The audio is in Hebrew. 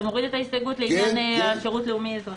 אתה מוריד את ההסתייגות לעניין שירות לאומי אזרחי?